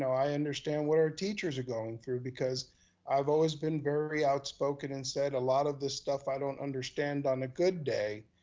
i understand what our teachers are going through because i've always been very outspoken and said a lot of this stuff i don't understand on a good day,